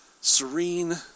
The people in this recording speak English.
serene